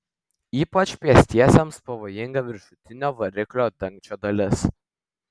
ypač pėstiesiems pavojinga viršutinio variklio dangčio dalis